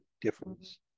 difference